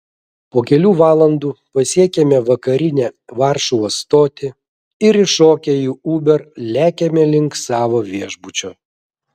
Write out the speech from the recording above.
po kelių valandų pasiekiame vakarinę varšuvos stotį ir įšokę į uber lekiame link savo viešbučio